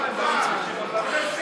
בבקשה.